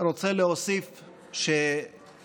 אני